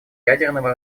ядерного